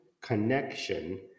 connection